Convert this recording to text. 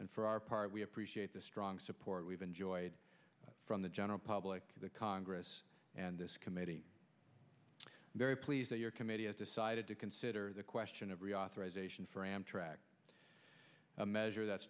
and for our part we appreciate the strong support we've enjoyed from the general public to the congress and this committee very pleased that your committee has decided to consider the question of reauthorization for amtrak a measure that